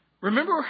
Remember